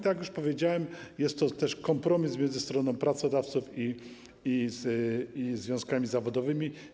Tak jak już powiedziałem, jest to kompromis między stroną pracodawców a związkami zawodowymi.